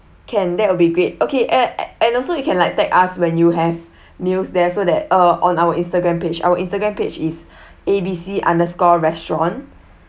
can that will be great okay uh and also you can like tag us when you have meals there so that uh on our instagram page our instagram page is A B C under score restaurant